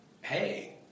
hey